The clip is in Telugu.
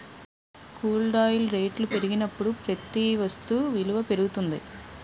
క్రూడ్ ఆయిల్ రేట్లు పెరిగినప్పుడు ప్రతి వస్తు విలువ పెరుగుతుంది